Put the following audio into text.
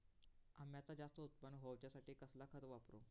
अम्याचा जास्त उत्पन्न होवचासाठी कसला खत वापरू?